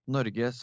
Norge